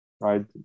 right